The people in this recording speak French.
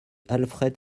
alfred